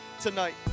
tonight